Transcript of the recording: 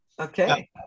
Okay